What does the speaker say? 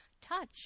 touch